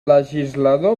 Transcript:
legislador